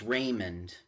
Raymond